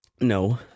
No